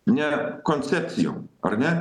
ne koncepcijom ar ne